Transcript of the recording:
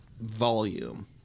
volume